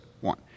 one